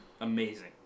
amazing